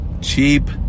cheap